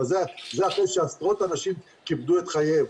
אבל זה אחרי שעשרות אנשים קיפדו את חייהם.